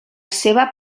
seva